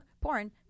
porn